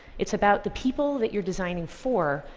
it's about the people that you're designing for,